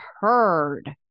heard